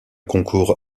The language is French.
concours